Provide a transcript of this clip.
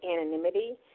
anonymity